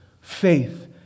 Faith